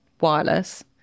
wireless